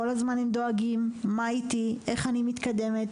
כל הזמן הם דואגים מה איתי, איך אני מתקדמת.